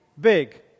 big